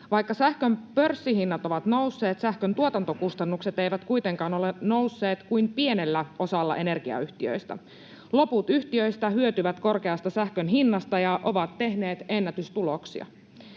Vaikka sähkön pörssihinnat ovat nousseet, sähkön tuotantokustannukset eivät kuitenkaan ole nousseet kuin pienellä osalla energiayhtiöistä. Loput yhtiöistä hyötyvät korkeasta sähkön hinnasta ja ovat tehneet ennätystuloksia.